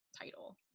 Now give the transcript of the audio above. title